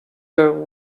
your